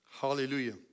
Hallelujah